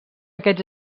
aquests